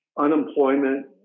unemployment